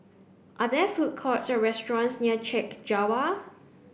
are there food courts or restaurants near Chek Jawa